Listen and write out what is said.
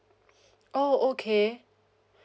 oh okay